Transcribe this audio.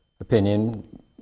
opinion